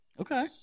Okay